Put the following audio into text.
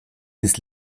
bis